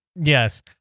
yes